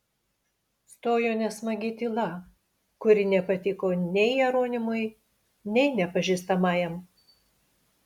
stojo nesmagi tyla kuri nepatiko nei jeronimui nei nepažįstamajam